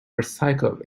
recycled